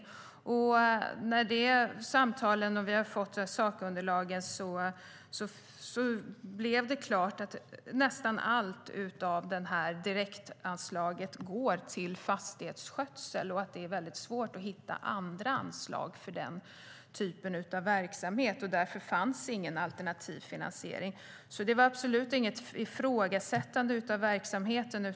När vi hade haft de samtalen och fått sakunderlagen stod det klart att nästan hela direktanslaget går till fastighetsskötsel och att det är svårt att hitta andra anslag för den typen av verksamhet. Därför fanns det ingen alternativ finansiering. Det var absolut inget ifrågasättande av verksamheten.